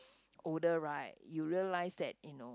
older right you realise that you know